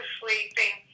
sleeping